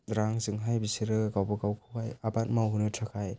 रांजोंहाय बिसोरो गावबा गावखौहाय आबाद मावहोनो थाखाय